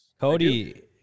Cody